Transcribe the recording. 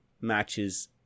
matches